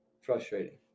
frustrating